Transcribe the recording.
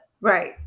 right